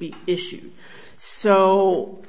be issued so